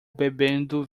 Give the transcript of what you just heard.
bebendo